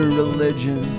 religion